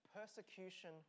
Persecution